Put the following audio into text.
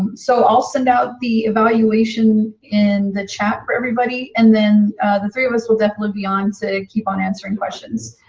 so i'll send out the evaluation in the chat for everybody. and then the three of us will definitely be on to keep on answering questions.